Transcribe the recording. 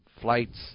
flights